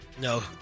No